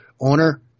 owner